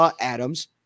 Adams